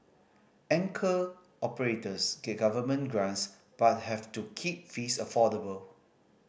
anchor operators get government grants but have to keep fees affordable